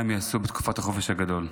מה הם יעשו בתקופת החופש הגדול.